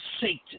Satan